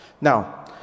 Now